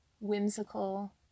whimsical